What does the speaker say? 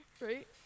right